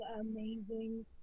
amazing